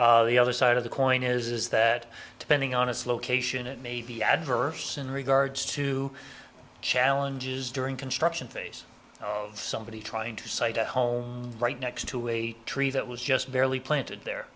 the other side of the coin is that depending on its location it may be adverse in regards to challenges during construction phase of somebody trying to cite a home right next to a tree that was just barely planted there